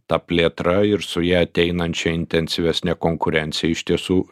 ta plėtra ir su ja ateinančia intensyvesne konkurencija iš tiesų